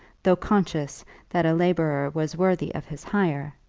though conscious that a labourer was worthy of his hire,